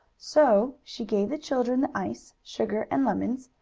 so she gave the children the ice, sugar and lemons,